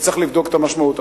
וצריך לבדוק את המשמעות.